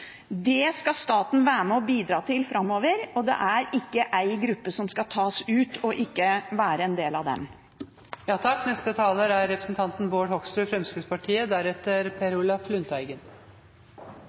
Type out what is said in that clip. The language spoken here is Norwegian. Der skal staten være med og bidra framover, og det er ikke én gruppe som skal tas ut og ikke være en del av den. Representanten Karin Andersen sier at det ikke er